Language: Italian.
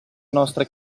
nostre